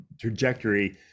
trajectory